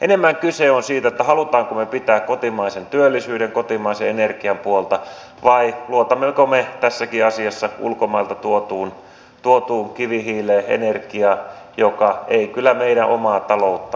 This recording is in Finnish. enemmän kyse on siitä haluammeko me pitää kotimaisen työllisyyden kotimaisen energian puolta vai luotammeko me tässäkin asiassa ulkomailta tuotuun kivihiileen energiaan joka ei kyllä meidän omaa talouttamme paranna